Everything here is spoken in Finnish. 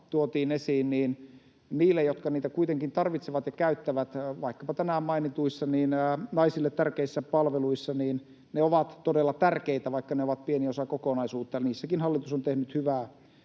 todella tärkeitä niille, jotka niitä kuitenkin tarvitsevat ja käyttävät, vaikkapa tänään mainituissa naisille tärkeissä palveluissa, vaikka ne ovat pieni osa kokonaisuutta. Niissäkin hallitus on tehnyt hyvää